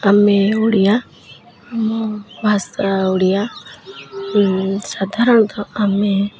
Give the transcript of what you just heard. ଆମେ ଓଡ଼ିଆ ଆମ ଭାଷା ଓଡ଼ିଆ ସାଧାରଣତଃ ଆମେ